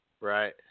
Right